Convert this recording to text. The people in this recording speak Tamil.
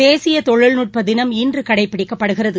தேசியதொழில்நுட்பதினம் இன்றுகடைபிடிக்கப்படுகிறது